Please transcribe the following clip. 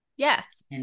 Yes